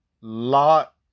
lot